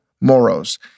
Moro's